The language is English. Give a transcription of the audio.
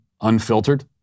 unfiltered